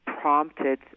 prompted